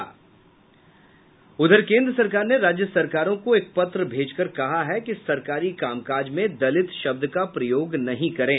केंद्र सरकार ने राज्य सरकारों को एक पत्र भेजकर कहा है कि सरकारी कामकाज में दलित शब्द का प्रयोग नहीं करें